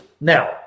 Now